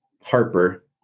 Harper